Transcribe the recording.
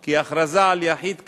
כי הכרזה על יחיד כאמור,